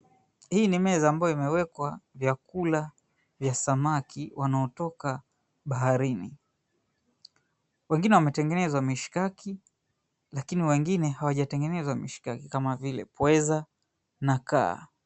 Hii ni meza ambayo imewekwa vyakula vya samaki wanaotoka baharini. Wengine wametengenezwa mishikaki lakini wengine hawajatengenezwa mishikaki kama vile pweza na kaa.